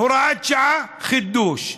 הוראת שעה, חידוש.